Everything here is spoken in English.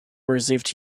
received